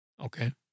okay